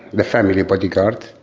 the family bodyguard,